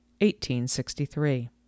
1863